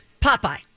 Popeye